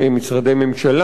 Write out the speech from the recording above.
משרדי ממשלה,